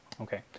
Okay